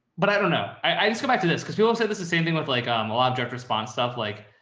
but i don't know. i just go back to this because people will say this, the same thing with like, um a lot of direct response stuff. like,